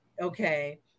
okay